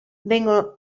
vengono